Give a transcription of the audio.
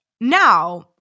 Now